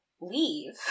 leave